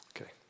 Okay